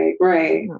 right